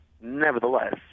nevertheless